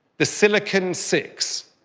the silicon six.